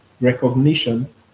recognition